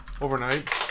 Overnight